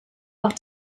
auch